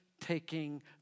taking